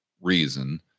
reason